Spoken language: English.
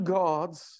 gods